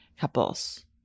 couples